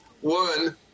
one